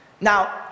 Now